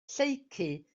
lleucu